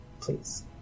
Please